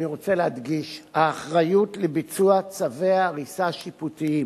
רוצה להדגיש: האחריות לביצוע צווי הריסה שיפוטיים